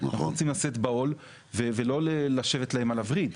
אנחנו רוצים לשאת בעול ולא לשבת להם על הווריד.